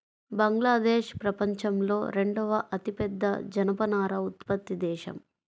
బంగ్లాదేశ్ ప్రపంచంలో రెండవ అతిపెద్ద జనపనార ఉత్పత్తి దేశం